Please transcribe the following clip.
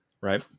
right